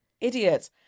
Idiots